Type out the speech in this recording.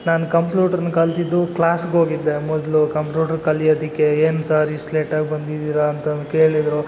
ನಾನು ಕಂಪ್ಯೂಟ್ರನ್ನು ಕಲಿತಿದ್ದು ಕ್ಲಾಸ್ಗೋಗಿದ್ದೆ ಮೊದಲು ಕಂಪ್ಯೂಟ್ರ್ ಕಲಿಯೋದಿಕ್ಕೆ ಏನು ಸರ್ ಇಷ್ಟು ಲೇಟಾಗಿ ಬಂದಿದೀರ ಅಂತ ಕೇಳಿದ್ದರು